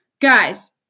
Guys